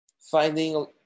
finding